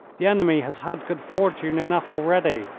the enemy has had good fortune enough already.